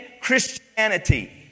Christianity